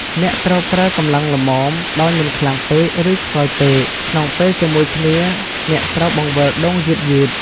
អ្នកត្រូវប្រើកម្លាំងល្មម ដោយមិនខ្លាំងពេក ឬខ្សោយពេក ក្នុងពេលជាមួយគ្នា អ្នកត្រូវបង្វិលដូងយឺតៗ។